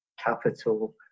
capital